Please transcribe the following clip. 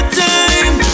time